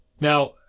Now